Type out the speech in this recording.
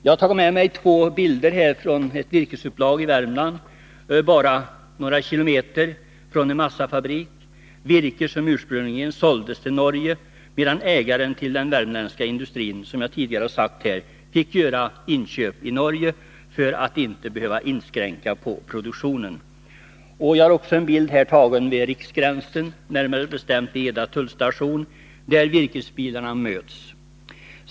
Jag har tagit med mig två bilder från ett virkesupplag i Värmland bara någon kilometer från en massafabrik, virke som ursprungligen såldes till Norge, medan ägaren till den värmländska industrin, som jag tidigare sagt, fick göra inköp i Norge för att inte behöva inskränka på produktionen. Jag har vidare här en bild tagen vid riksgränsen, närmare bestämt vid Eda fullstation, där virkesbilarna möts.